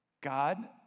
God